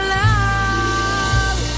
love